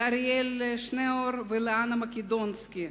לאריאל שניאור ולאנה מקדונסקי,